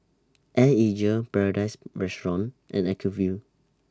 Air Asia Paradise Restaurant and Acuvue